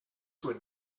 would